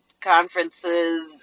conferences